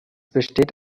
besteht